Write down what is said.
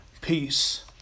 peace